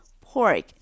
Pork